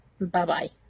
Bye-bye